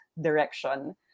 direction